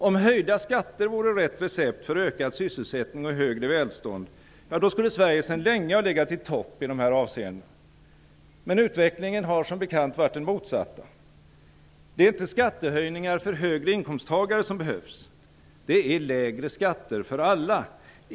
Om höjda skatter vore rätt recept för ökad sysselsättning och högre välstånd, skulle Sverige sedan länge ha legat i topp i dessa avseenden. Men utvecklingen har som bekant varit den motsatta. Det är inte skattehöjningar för högre inkomsttagare som behövs - det är lägre skatter för alla.